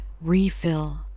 refill